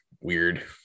weird